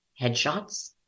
headshots